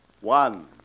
One